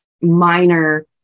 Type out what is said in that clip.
minor